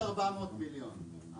בסביבות 400 מיליון.